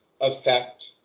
affect